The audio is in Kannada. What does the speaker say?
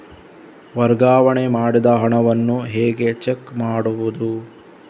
ವರ್ಗಾವಣೆ ಮಾಡಿದ ಹಣವನ್ನು ಹೇಗೆ ಚೆಕ್ ಮಾಡುವುದು?